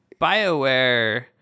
BioWare